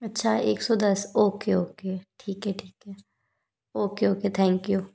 अच्छा एक सौ दस ओके ओके ठीक है ठीक है ओके ओके थैंक्यू